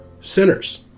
sinners